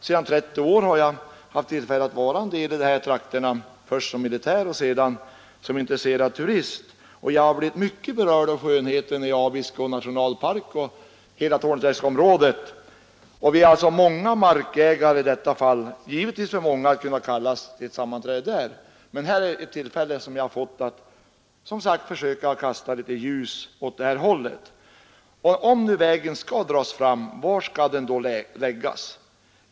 Sedan 30 år har jag haft tillfälle att vistas en del i de här trakterna, först som militär och sedan som intresserad turist, och jag har blivit mycket hänförd av skönheten i Abisko nationalpark och hela Torneträskområdet. Vi är i detta fall många berörda markägare, givetvis för många för att kunna kallas till ett sammanträde. Men här är ett tillfälle jag fått att försöka kasta litet ljus över den här frågan. Om nu vägen skall dras fram, var skall den då läggas?